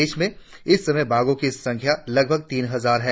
देश में इस समय बाघों की संख्या लगभग तीन हजार है